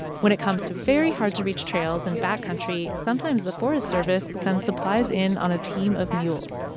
when it comes to very hard to reach trails and backcountry, sometimes the forest service sends supplies in on a team of mules.